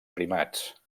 primats